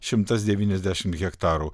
šimtas devyniasdešimt hektarų